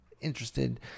Interested